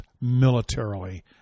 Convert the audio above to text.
militarily